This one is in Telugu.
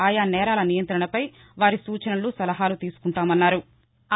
ఆయా నేరాల నియం్రణపై వారి సూచనలు సలహాలు తీసుకుంటామన్నారు